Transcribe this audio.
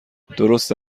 درسته